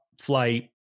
flight